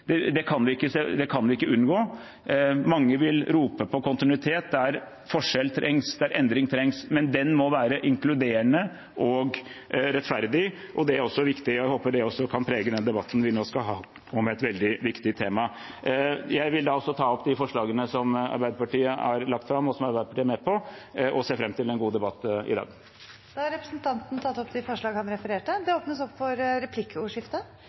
forandret. Det kan vi ikke unngå. Mange vil rope på kontinuitet der forskjell trengs, der endring trengs. Den må være inkluderende og rettferdig, og det er også viktig, og jeg håper det også kan prege den debatten vi nå skal ha om et veldig viktig tema. Jeg vil også ta opp det forslaget som Arbeiderpartiet er med på, og ser frAm til en god debatt i dag. Representanten Espen Barth Eide har tatt opp det forslaget han refererte til. Det blir replikkordskifte. Det som er bemerkelsesverdig med dette timinuttersinnlegget, er hvor blottet det var for